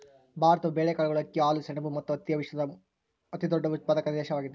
ಭಾರತವು ಬೇಳೆಕಾಳುಗಳು, ಅಕ್ಕಿ, ಹಾಲು, ಸೆಣಬು ಮತ್ತು ಹತ್ತಿಯ ವಿಶ್ವದ ಅತಿದೊಡ್ಡ ಉತ್ಪಾದಕ ದೇಶವಾಗಿದೆ